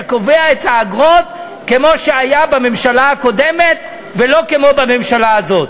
שקובע את האגרות כמו שהיו בממשלה הקודמת ולא כמו בממשלה הזאת.